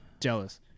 jealous